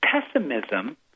Pessimism